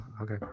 Okay